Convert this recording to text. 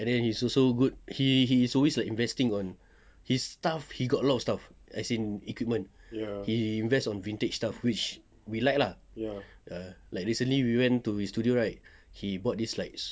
and then he also good he he always like investing on his stuff he got a lot of stuff as in equipment he invest on vintage stuff which we like ah ah recently we went to his studio right he bought this like